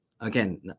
Again